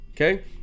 Okay